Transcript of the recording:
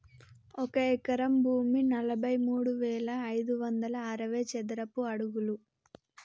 ఒక ఎకరం భూమి నలభై మూడు వేల ఐదు వందల అరవై చదరపు అడుగులు